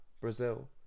Brazil